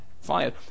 fired